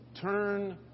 turn